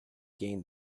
gained